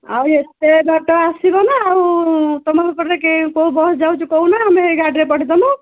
ଆଉ ଏତେ ବାଟ ଆସିବନା ଆଉ ତୁମ ସେପଟରେ କେ କେଉଁ ବସ୍ ଯାଉଛି କହୁନ ଆମେ ଏଇ ଗାଡ଼ିରେ ପଠାଇଦେମୁ